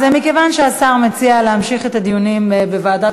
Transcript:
אז מכיוון שהשר מציע להמשיך את הדיונים בוועדת